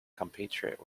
compatriot